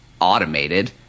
automated